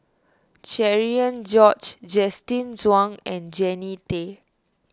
Cherian George Justin Zhuang and Jannie Tay